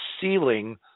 ceiling